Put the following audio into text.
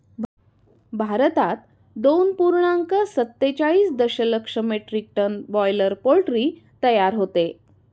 भारतात दोन पूर्णांक सत्तेचाळीस दशलक्ष मेट्रिक टन बॉयलर पोल्ट्री तयार होते